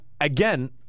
again